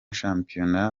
shampiyona